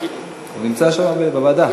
הוא נמצא שם בוועדה,